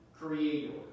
creator